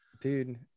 dude